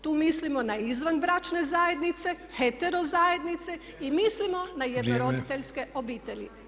Tu mislimo na izvanbračne zajednice, hetero zajednice i mislimo na jednoroditeljske obitelij.